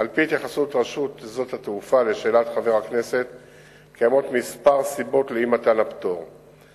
1 4. השאילתא של חבר הכנסת נוגעת לפרסומים בכלי התקשורת בתחילת השנה על